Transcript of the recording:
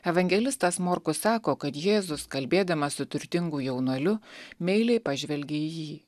evangelistas morkus sako kad jėzus kalbėdamas su turtingu jaunuoliu meiliai pažvelgė į jį